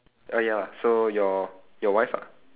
uh ya so your your wife ah